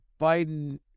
Biden